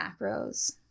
macros